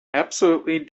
absolutely